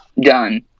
done